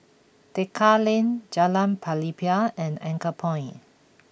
Tekka Lane Jalan Pelepah and Anchorpoint